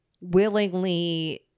willingly